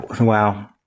Wow